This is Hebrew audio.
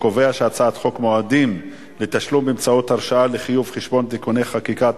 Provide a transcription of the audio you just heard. חוק מועדים לתשלום באמצעות הרשאה לחיוב חשבון (תיקוני חקיקה),